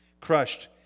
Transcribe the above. crushed